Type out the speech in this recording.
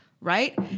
right